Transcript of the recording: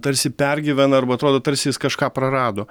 tarsi pergyvena arba atrodo tarsi jis kažką prarado